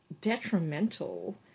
detrimental